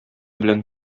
белән